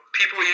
people